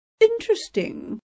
Interesting